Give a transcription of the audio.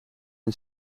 een